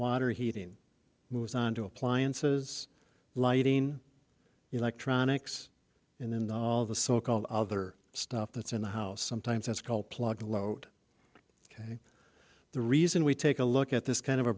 water heating moves on to appliances lighting electronics in the all of the so called other stuff that's in the house sometimes that's called plug load ok the reason we take a look at this kind of a